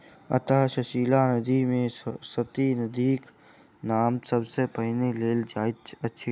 अंतः सलिला नदी मे सरस्वती नदीक नाम सब सॅ पहिने लेल जाइत अछि